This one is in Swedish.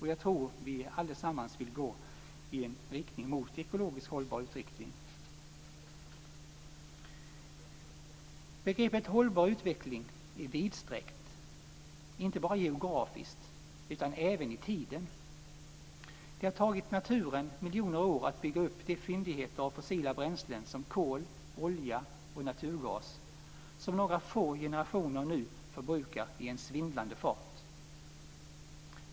Jag tror att vi allesammans vill gå i en riktning mot en ekologiskt hållbar utveckling. Begreppet hållbar utveckling är vidsträckt, inte bara geografiskt utan även i tiden. Det har tagit naturen miljoner år att bygga upp de fyndigheter av fossila bränslen som kol, olja och naturgas, som några få generationer nu förbrukar i en svindlande fart.